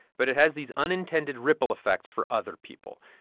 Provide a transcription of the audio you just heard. but it has these unintended ripple effects for other people.